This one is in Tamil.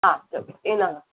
ஆ சரி இந்தாங்க